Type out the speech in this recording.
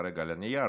כרגע על הנייר,